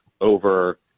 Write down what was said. over